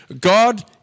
God